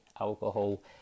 alcohol